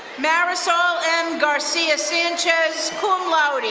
marisol m. garcia sanchez, cum laude.